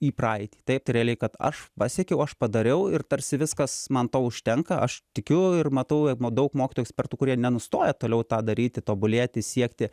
į praeitį taip tai realiai kad aš pasiekiau aš padariau ir tarsi viskas man to užtenka aš tikiu ir matau daug mokytojų ekspertų kurie nenustoja toliau tą daryti tobulėti siekti